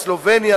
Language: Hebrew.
סלובניה,